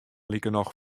likernôch